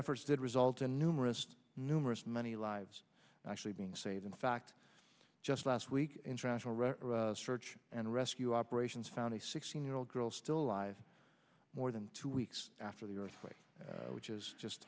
efforts did result in numerous numerous many lives actually being saved in fact just last week international red and rescue operations found a sixteen year old girl still alive more than two weeks after the earthquake which is just